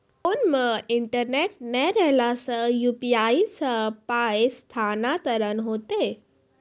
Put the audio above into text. Phone मे internet नै रहला सॅ, यु.पी.आई सॅ पाय स्थानांतरण हेतै?